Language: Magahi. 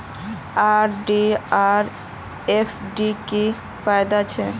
आर.डी आर एफ.डी की फ़ायदा छे?